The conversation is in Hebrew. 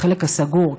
בחלק הסגור,